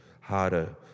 harder